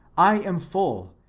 i am full,